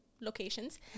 locations